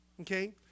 Okay